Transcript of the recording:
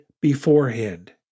beforehand